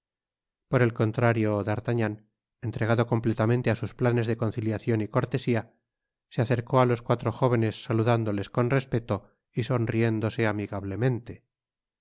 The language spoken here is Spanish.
por el contrario d'artagnan entregado completamente á sus planes de conciliacion y cortesía se acercó á los cuatro jóvenes saludándoles con respeto y sonriéndose amigablemente